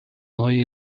neue